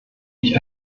ich